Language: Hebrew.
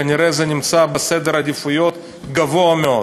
כנראה זה נמצא בסדר העדיפויות גבוה מאוד.